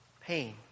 pain